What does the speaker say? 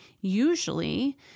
Usually